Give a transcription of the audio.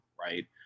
right